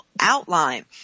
outline